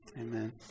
Amen